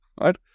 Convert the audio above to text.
right